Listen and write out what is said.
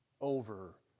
over